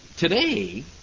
Today